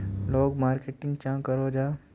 लोग मार्केटिंग चाँ करो जाहा?